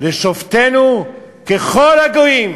לשפטנו ככל הגויִם".